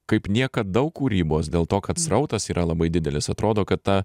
kaip niekad daug kūrybos dėl to kad srautas yra labai didelis atrodo kad ta